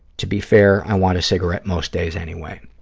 to be fair, i want a cigarette most days anyway.